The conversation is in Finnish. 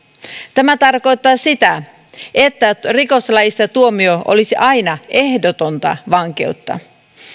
tämä tarkoittaa sitä että rikoslaissa tuomio olisi aina ehdotonta vankeutta